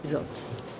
Izvolite.